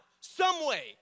someway